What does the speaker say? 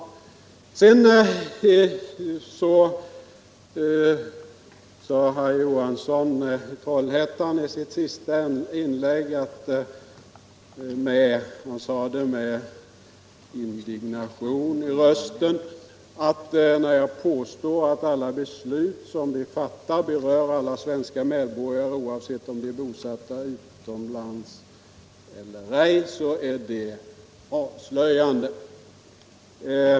I sitt senaste inlägg sade herr Johansson i Trollhättan med indignation i rösten, att mitt påstående att de beslut vi fattar berör alla svenska medborgare, oavsett om de är bosatta i landet eller inte, var avslöjande.